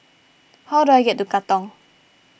how do I get to Katong